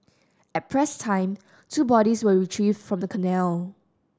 at press time two bodies were retrieved from the canal